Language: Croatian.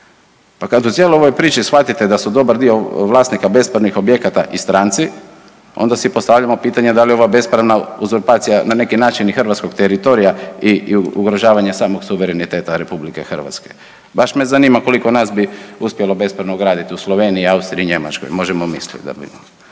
Pa kad u cijeloj ovoj priči shvatite da su dobar dio vlasnika bespravnih objekata i stranci, onda si postavljamo pitanje, da li ova bespravna uzurpacija, na neki način i hrvatskog teritorija i ugrožavanja samog suvereniteta RH. Baš me zanima koliko nas bi uspjelo bespravno graditi u Sloveniji, Austriji i Njemačkoj. Možemo misliti da bi.